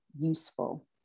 useful